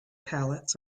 pallets